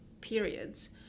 periods